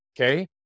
okay